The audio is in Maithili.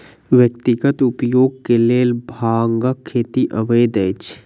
व्यक्तिगत उपयोग के लेल भांगक खेती अवैध अछि